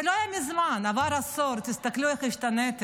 זה לא היה מזמן, עבר עשור, תראו איך השתניתם.